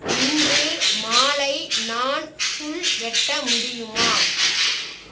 இன்று மாலை நான் புல் வெட்ட முடியுமா